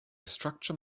structure